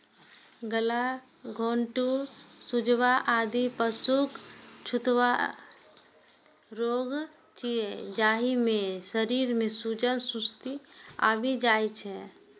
गलाघोटूं, सुजवा, आदि पशुक छूतहा रोग छियै, जाहि मे शरीर मे सूजन, सुस्ती आबि जाइ छै